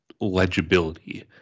legibility